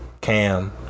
Cam